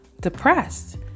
depressed